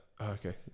okay